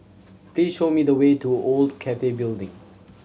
please show me the way to Old Cathay Building